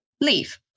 Leave